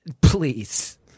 Please